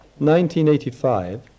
1985